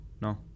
no